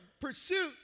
Pursuit